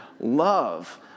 Love